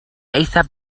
eithaf